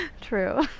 True